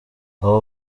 abo